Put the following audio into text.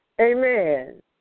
Amen